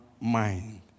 mind